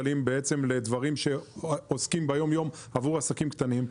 לדברים שעוסקים ביום יום עבור עסקים קטנים.